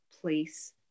place